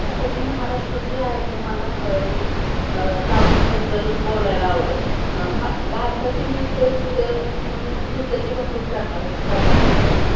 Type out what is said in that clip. आता मी महाराष्ट्रातली आहे तर मला लावणीबद्दलच बोलायला आवडेल मा भारताची नृत्याची नु नृ नृत्याचे भरपूर प्रका प्रकार आहेत पण